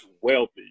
wealthy